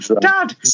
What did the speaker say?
Dad